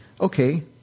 okay